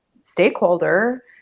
stakeholder